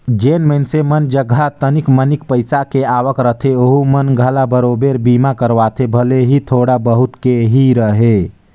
जेन मइनसे मन जघा तनिक मनिक पईसा के आवक रहथे ओहू मन घला बराबेर बीमा करवाथे भले ही थोड़ा बहुत के ही रहें